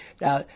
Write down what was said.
Now